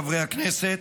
חברי הכנסת,